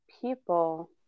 people